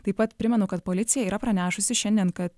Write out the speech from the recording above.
taip pat primenu kad policija yra pranešusi šiandien kad